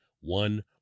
one